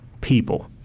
people